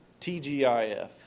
TGIF